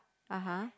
(uh huh)